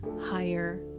higher